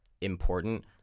important